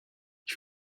ich